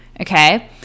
Okay